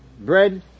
Bread